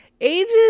ages